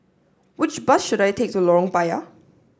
which bus should I take to Lorong Payah